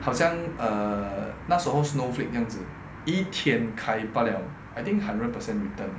好像 err 那时候 snow flake 这样子一天开到了 I think hundred percent return